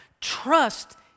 Trust